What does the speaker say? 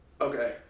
Okay